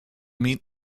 meet